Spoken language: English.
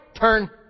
Turn